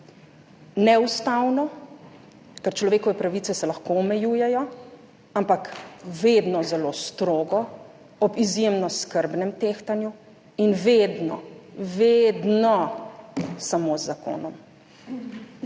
neustavno, ker človekove pravice se lahko omejujejo, ampak vedno zelo strogo, ob izjemno skrbnem tehtanju in vedno vedno samo z zakonom.